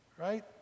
right